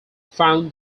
found